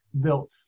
built